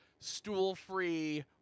Stool-Free